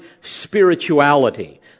spirituality